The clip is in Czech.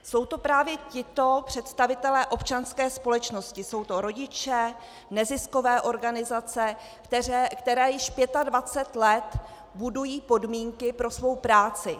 Jsou to právě tito představitelé občanské společnosti jsou to rodiče, neziskové organizace, které již 25 let budují podmínky pro svou práci.